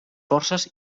forces